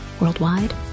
Worldwide